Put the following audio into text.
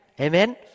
Amen